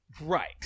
Right